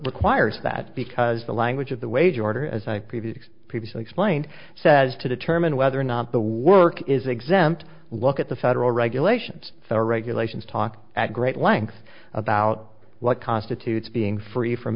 requires that because the language of the wage order as i previously previously explained says to determine whether or not the work is exempt look at the federal regulations federal regulations talk at great length about what constitutes being free from